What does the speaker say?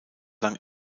lang